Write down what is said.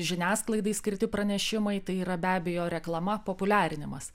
žiniasklaidai skirti pranešimai tai yra be abejo reklama populiarinimas